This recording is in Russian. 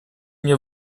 мне